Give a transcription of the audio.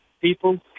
people